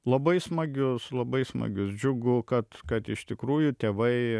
labai smagius labai smagius džiugu kad kad iš tikrųjų tėvai